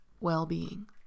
well-being